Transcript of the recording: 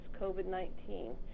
COVID-19